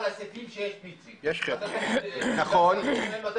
אז על כמה?